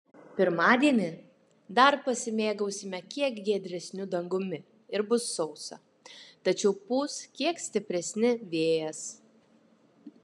pirmadienį dar pasimėgausime kiek giedresniu dangumi ir bus sausa tačiau pūs kiek stipresni vėjas